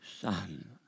son